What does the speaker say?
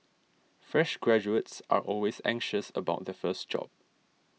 fresh graduates are always anxious about their first job